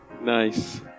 Nice